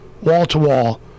wall-to-wall